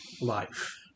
life